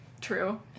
True